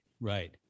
right